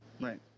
right